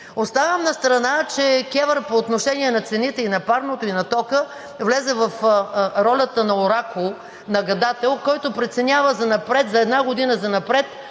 Оставям настрана, че КЕВР по отношение на цените и на парното, и на тока влезе в ролята на оракул, на гадател, който преценява за една година занапред